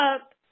up